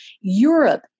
Europe